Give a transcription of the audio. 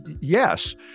yes